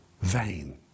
vain